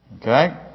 Okay